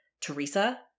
Teresa